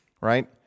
right